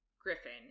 Griffin